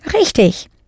Richtig